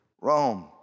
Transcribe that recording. Rome